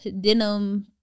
denim